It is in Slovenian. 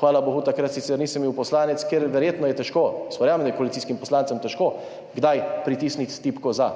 hvala bogu takrat sicer nisem bil poslanec, ker verjetno je težko, jaz verjamem, da je koalicijskim poslancem težko kdaj pritisniti tipko za.